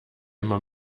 immer